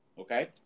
okay